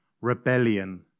rebellion